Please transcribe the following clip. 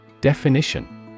Definition